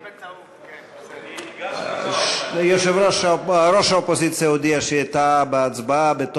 13. ראש האופוזיציה הודיע שטעה בהצבעה,